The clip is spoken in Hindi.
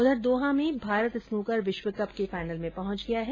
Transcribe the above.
उधर दोहा में भारत स्नूकर विश्व कप के फाइनल में पहुंच गया है